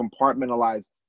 compartmentalize